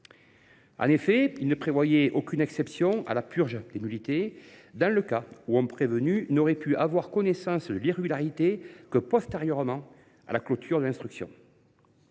En effet, il ne prévoyait aucune exception à la purge des nullités dans le cas où un prévenu n’aurait pu avoir connaissance de l’irrégularité que postérieurement à la clôture de l’instruction.